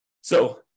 So-